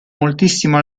moltissimo